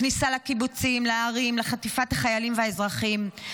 הכניסה לקיבוצים, לערים, חטיפת החיילים והאזרחים.